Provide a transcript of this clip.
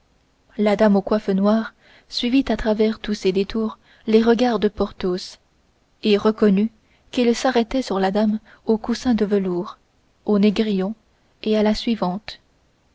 la dame aux coiffes noires suivit à travers tous ses détours le regard de porthos et reconnut qu'il s'arrêtait sur la dame au coussin de velours au négrillon et à la suivante